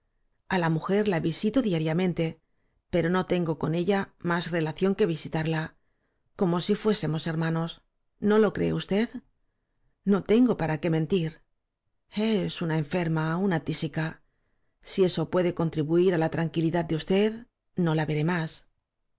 decide a la mujer la visito diariamente pero no tengo con ella más relación que visitarla como si fuésemos hermanos no lo cree usted no tengo f i á para qué mentir es una enferma una tísica si eso puede contribuir á la tranquilidad de usted no la veré más